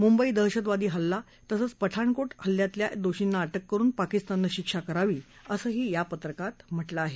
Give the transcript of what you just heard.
मुंबई दहशतवादी हल्ला तसंच पठाणकोट हल्ल्यातल्या दोषींना अटक करुन पाकिस्ताननं शिक्षा करावी असंही या पत्रकात म्हटलं आहे